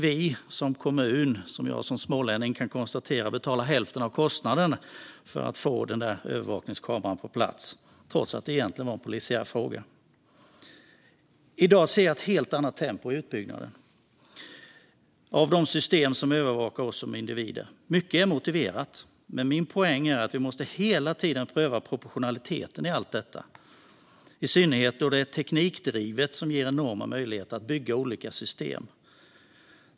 Dessutom kan jag som smålänning konstatera att vi som kommun fick betala hälften av kostnaden för att få denna övervakningskamera på plats, trots att det egentligen var en polisiär fråga. I dag ser jag ett helt annat tempo i utbyggnaden av de system som övervakar oss som individer. Mycket är motiverat. Men min poäng är att vi hela tiden måste pröva proportionaliteten i allt detta, i synnerhet då det är teknikdrivet och ger enorma möjligheter att bygga olika system.